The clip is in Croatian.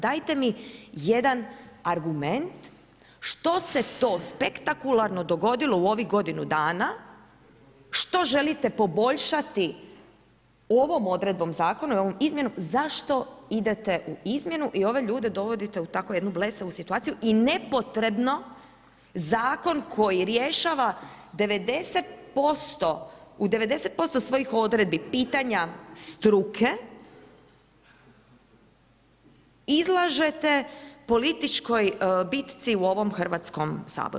Dajte mi jedan argument, što se to spektakularno dogodilo u ovih godinu dana, što želite poboljšati ovom odredbom zakona i ovom izmjenom, zašto idete u izmjenu i ove ljude dovodite u takvu jedu situaciju i nepotrebno zakon koji rješava 90% u 90% svojih odredbi pitanja struke, izlažete političkoj bitci u ovom Hrvatskom saboru.